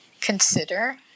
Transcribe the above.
consider